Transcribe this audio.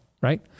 Right